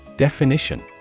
Definition